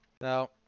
Now